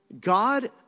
God